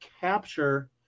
capture